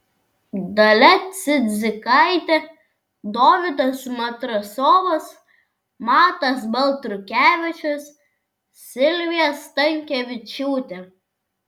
dalia cidzikaitė dovydas matrosovas matas baltrukevičius silvija stankevičiūtė